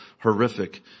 horrific